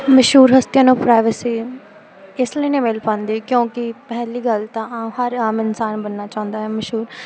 ਮਸ਼ਹੂਰ ਹਸਤੀਆਂ ਨੂੰ ਪ੍ਰਾਈਵੇਸੀ ਏ ਇਸ ਲਈ ਨਹੀਂ ਮਿਲ ਪਾਉਂਦੀ ਕਿਉਂਕਿ ਪਹਿਲੀ ਗੱਲ ਤਾਂ ਆਂ ਹਰ ਆਮ ਇਨਸਾਨ ਬਣਨਾ ਚਾਹੁੰਦਾ ਹੈ ਮਸ਼ਹੂਰ